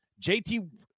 JT